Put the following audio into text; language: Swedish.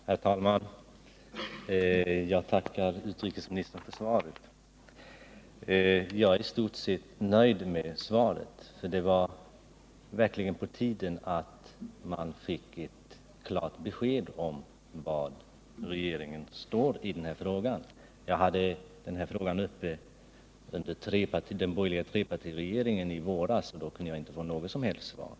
Herr talman! Jag tackar utrikesministern för svaret. Jagäristort sett nöjd med svaret, och det var verkligen på tiden att man fick ett klart besked om var regeringen står i denna fråga. Jag hade frågan uppe under den borgerliga trepartiregeringens tid i våras, men då kunde jag inte få Nr 47 något som helst svar.